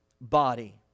body